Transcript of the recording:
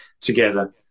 together